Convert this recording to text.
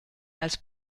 als